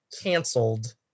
canceled